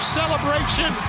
celebration